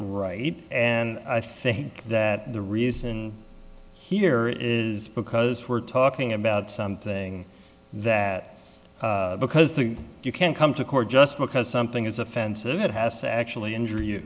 and i think that the reason here is because we're talking about something that because you can't come to court just because something is offensive it has to actually injur